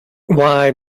why